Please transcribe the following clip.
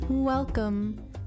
Welcome